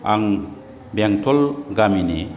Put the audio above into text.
आं बेंटल गामिनि